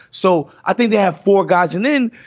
so i think they have four guys. and then,